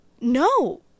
No